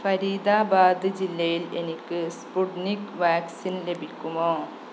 ഫരീദാബാദ് ജില്ലയിൽ എനിക്ക് Sputnik vaccine ലഭിക്കുമോ